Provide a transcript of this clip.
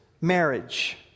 marriage